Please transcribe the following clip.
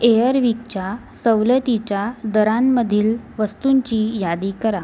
एअरविकच्या सवलतीच्या दरांमधील वस्तूंची यादी करा